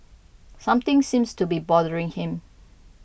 something seems to be bothering him